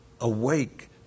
Awake